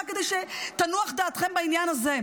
רק כדי שתנוח דעתכם בעניין הזה.